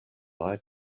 lied